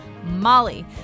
Molly